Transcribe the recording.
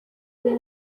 ibi